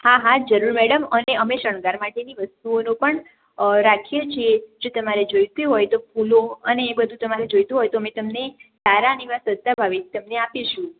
હા હા જરૂર મેડમ અને અમે શણગાર માટેની વસ્તુઓનો પણ રાખીએ છીએ જો તમારે જોઈતી હોય તો ફૂલો અને એ બધું તમારે જોઈતું હોય તો અમે તમને સારા અને એવા સસ્તા ભાવે તમને આપીશું